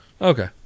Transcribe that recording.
Okay